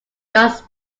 guards